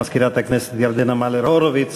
מזכירת הכנסת ירדנה מלר-הורוביץ,